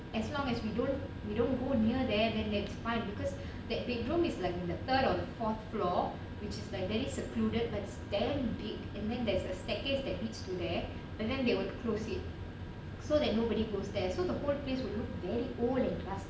as long as we don't we don't go near them and it's fine because that big room is like the third or fourth floor which is like very secluded but then big and then there's a staircase that needs to there and then they would close it so that nobody goes there so the workplace would they own in class